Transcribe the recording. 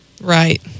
right